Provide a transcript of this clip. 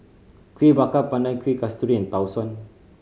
Kueh Bakar Pandan Kuih Kasturi and Tau Suan